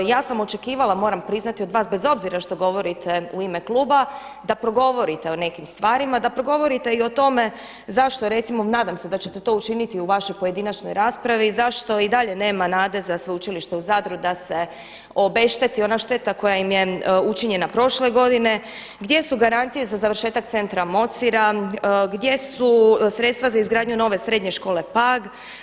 Ja sam očekivala moram priznati od vas bez obzira što govorite u ime Kluba, da progovorite o nekim stvarima, da progovorite i o tome zašto recimo, nadam se da ćete to učiniti u vašoj pojedinačnoj raspravi, zašto i dalje nema nade za Sveučilište u Zadru da se obešteti ona šteta koja im je učinjena prošle godine gdje su garancije za završetka centra … gdje su sredstva za izgradnju nove srednje škole Pag.